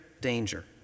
danger